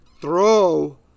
throw